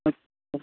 अच्छा